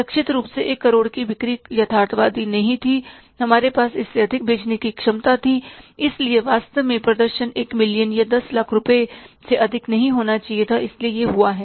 लक्षित रूप से एक करोड़ रुपये की बिक्री यथार्थवादी नहीं थी हमारे पास इससे अधिक बेचने की क्षमता थी इसलिए वास्तव में प्रदर्शन एक मिलियन या दस लाख रुपये से अधिक होना चाहिए था इसलिए यह हुआ है